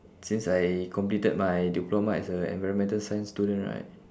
since I completed my diploma as a environmental science student right